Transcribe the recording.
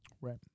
right